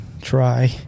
try